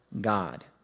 God